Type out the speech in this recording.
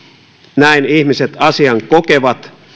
näin ihmiset asian kokevat